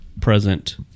present